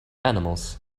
animals